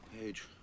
Page